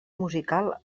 musical